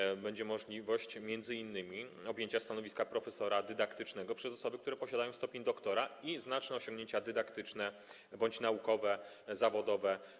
I tak będzie możliwość m.in. objęcia stanowiska profesora dydaktycznego przez osoby, które posiadają stopień doktora i znaczne osiągnięcia dydaktyczne bądź naukowe czy zawodowe.